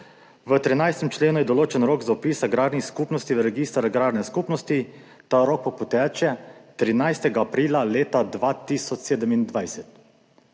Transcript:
V 13. členu je določen rok za vpis agrarnih skupnosti v register agrarnih skupnosti, ta rok pa poteče 13. aprila leta 2027.